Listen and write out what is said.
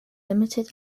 limited